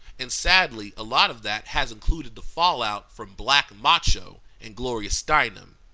and sadly, a lot of that has included the fallout from black macho and gloria steinem.